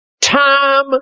time